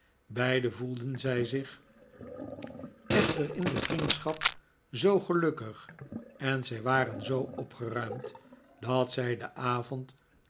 beiden voelden zij zich echter in die vriendschap zoo gelukkig en zij waren zoo opgeruimd dat zij den avond